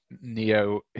Neo